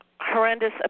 horrendous